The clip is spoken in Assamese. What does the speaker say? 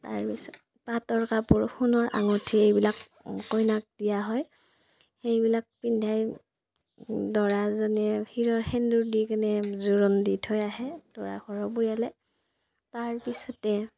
তাৰপিছত পাটৰ কাপোৰ সোণৰ আঙুঠি এইবিলাক কইনাক দিয়া হয় এইবিলাক পিন্ধাই দৰাজনে শিৰৰ সেন্দুৰ দি কেনে জোৰোণ দি থৈ আহে দৰাঘৰৰ পৰিয়ালে তাৰপিছতে